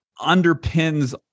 underpins